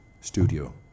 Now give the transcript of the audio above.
studio